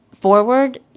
forward